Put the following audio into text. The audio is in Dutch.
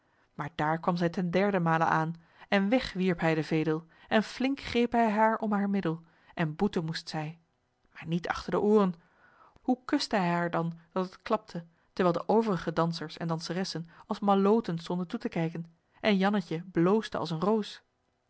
maar daar kwam zij ten derdemale aan en weg wierp hij de vedel en flink greep hij haar om haar middel en boeten moest zij maar niet achter de ooren hoe kuste hij haar dan dat het klapte terwijl de overige dansers en danseressen als malloten stonden toe te kijken en jannetje bloosde als eene roos